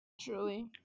Truly